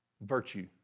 virtue